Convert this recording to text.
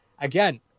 Again